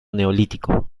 neolítico